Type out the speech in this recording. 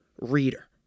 reader